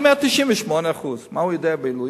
אני אומר: 98%. מה הוא יודע בעילויים?